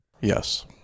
Yes